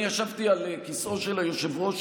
אני ישבתי על כיסאו של היושב-ראש,